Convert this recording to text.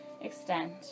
extend